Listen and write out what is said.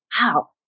wow